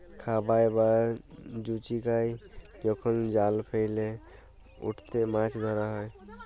খাবাই বা জুচিকাই যখল জাল ফেইলে উটতে মাছ ধরা হ্যয়